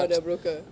for the broker